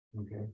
Okay